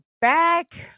Back